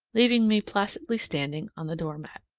leaving me placidly standing on the door mat.